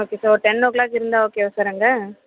okay sir ஒரு ten o'clock இருந்தால் ஓகேவா சார் அங்கே